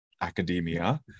academia